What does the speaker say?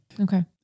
Okay